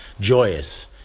joyous